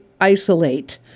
isolate